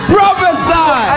Prophesy